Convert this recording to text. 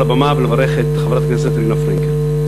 הבמה ולברך את חברת הכנסת רינה פרנקל.